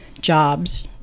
jobs